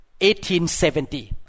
1870